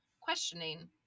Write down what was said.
questioning